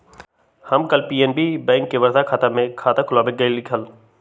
हम कल PNB bank के वर्धा शाखा में खाता खुलवावे गय लीक हल